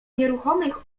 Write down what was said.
nieruchomych